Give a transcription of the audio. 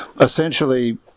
essentially